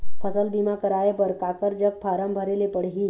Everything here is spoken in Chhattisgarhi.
फसल बीमा कराए बर काकर जग फारम भरेले पड़ही?